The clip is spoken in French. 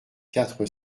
quatre